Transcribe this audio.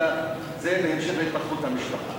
אלא זה בהמשך להתפתחות המשפחה.